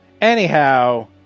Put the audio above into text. Anyhow